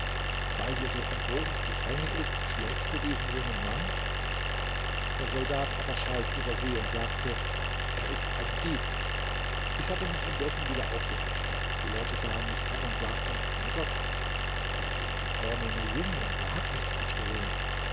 weil hier so ein großes gedränge ist schlägst du diesen jungen mann der soldat aber schalt über sie und sagte er ist ein dieb ich hatte mich indessen wieder aufgerichtet die leute sahen mich an und sagten bei gott dies ist ein vornehmer jüngling der hat nichts gestohlen